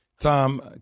Tom